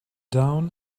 down